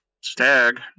Stag